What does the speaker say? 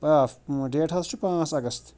آ ڈیٹ حظ چھُ پانٛژھ اَگست